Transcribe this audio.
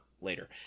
later